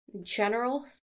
general